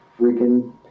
freaking